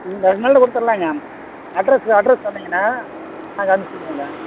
ரெண்டு நாளில் கொடுத்தர்லாங்க அட்ரஸ் அட்ரஸ் சொன்னீங்கன்னால் அதுதாங்க சொல்ல வந்தேன்